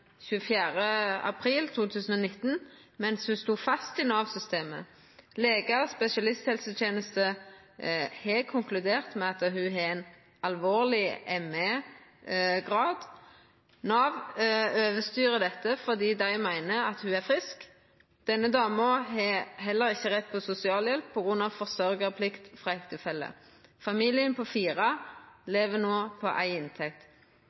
24. april 2019, mens ho sto fast i Nav-systemet. Legar og spesialisthelseteneste har konkludert med at ho har ein alvorleg ME-grad. Nav overstyrer dette fordi dei meiner at ho er frisk. Denne dama har heller ikkje rett på sosialhjelp på grunn av forsørgarplikt frå ektefelle. Familien på fire lever no på éi inntekt.